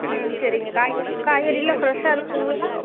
ம் சரிங்க காய் காய்கறிலாம் ஃப்ரெஷ்ஷாக இருக்குங்களா